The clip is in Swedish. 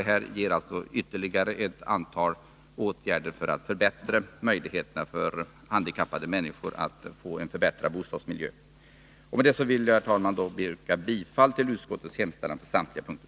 Det innebär nämligen ytterligare ett antal åtgärder för att öka handikappades möjligheter att få en förbättrad bostadsmiljö. Med detta vill jag, herr talman, yrka bifall till utskottets hemställan på samtliga punkter.